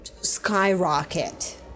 skyrocket